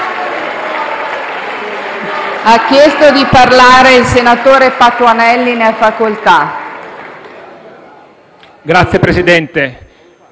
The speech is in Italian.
Grazie, Presidente.